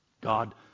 God